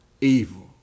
evil